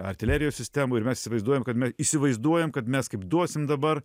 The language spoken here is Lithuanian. artilerijos sistemų ir mes įsivaizduojam kad me įsivaizduojam kad mes kaip duosim dabar